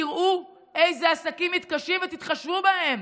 תראו אילו עסקים מתקשים ותתחשבו בהם.